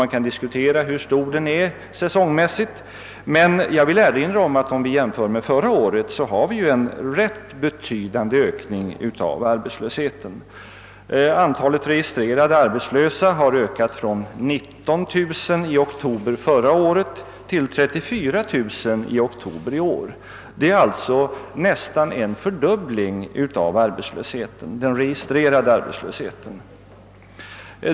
Man kan diskutera hur stor ökningen är säsongmässigt. Men jag vill framhålla att jämfört med förra året har vi en rätt betydande ökning av arbetslösheten. Antalet re gistrerade arbetslösa har ökat från 19 000 i oktober förra året till 34 000 i oktober i år. Det är alltså nästan en fördubbling av den registrerade arbetslösheten.